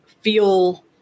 feel